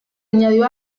añadió